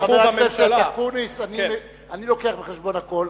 חבר הכנסת אקוניס, אני לוקח בחשבון הכול.